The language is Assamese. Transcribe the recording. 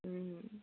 ও